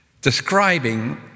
describing